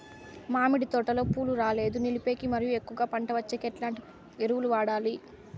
మామిడి తోటలో పూలు రాలేదు నిలిపేకి మరియు ఎక్కువగా పంట వచ్చేకి ఎట్లాంటి ఎరువులు వాడాలి?